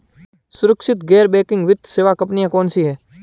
सुरक्षित गैर बैंकिंग वित्त सेवा कंपनियां कौनसी हैं?